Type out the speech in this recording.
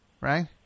right